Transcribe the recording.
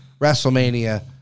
WrestleMania